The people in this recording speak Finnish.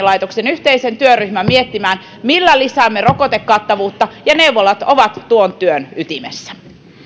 laitoksen yhteisen työryhmän miettimään millä lisäämme rokotekattavuutta ja neuvolat ovat tuon työn ytimessä